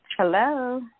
Hello